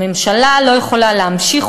הממשלה לא יכולה להמשיך,